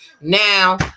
Now